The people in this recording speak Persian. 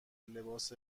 لباس